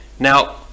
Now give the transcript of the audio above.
Now